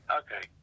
okay